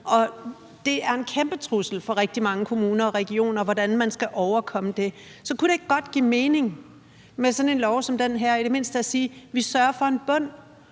og det er en kæmpe trussel for rigtig mange kommuner og regioner, hvordan man skal overkomme det. Så kunne det ikke godt give mening med sådan en lov som den her i det mindste at sige, at vi sørger for en bund